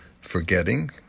forgetting